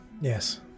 Yes